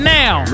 now